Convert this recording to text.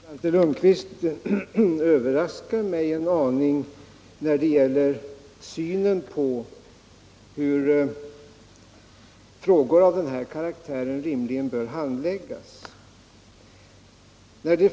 Herr talman! Svante Lundkvist överraskar mig en aning när det gäller synen på hur frågor av den här karaktären rimligen bör handläggas.